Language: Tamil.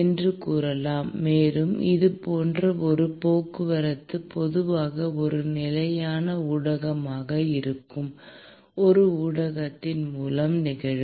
என்று கூறலாம் மேலும் இது போன்ற ஒரு போக்குவரத்து பொதுவாக ஒரு நிலையான ஊடகமாக இருக்கும் ஒரு ஊடகத்தின் மூலம் நிகழும்